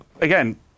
Again